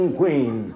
queen